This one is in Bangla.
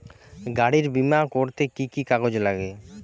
গাড়ীর বিমা করতে কি কি কাগজ লাগে?